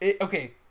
okay